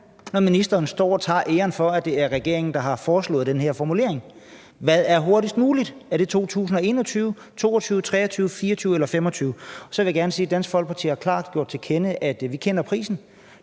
når ministeren står og tager æren for, at det er regeringen, der har foreslået den her formulering. Hvad er hurtigst muligt? Er det 2021, 2022, 2023, 2024 eller 2025? Så vil jeg gerne sige, at Dansk Folkeparti klart har givet til kende, at vi kender prisen,